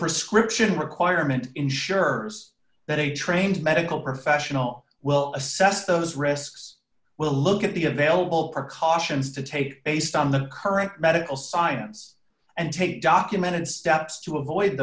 prescription requirement ensures that a trained medical professional will assess those risks will look at the available precautions to take based on the current medical science and take documented steps to avoid